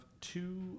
two